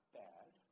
bad